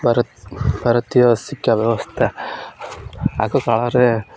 ଭାରତ ଭାରତୀୟ ଶିକ୍ଷା ବ୍ୟବସ୍ଥା ଆଗକାଳରେ